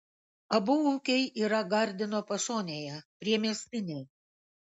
abu ūkiai yra gardino pašonėje priemiestiniai